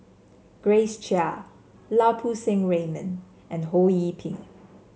Grace Chia Lau Poo Seng Raymond and Ho Yee Ping